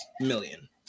million